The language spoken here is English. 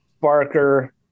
Barker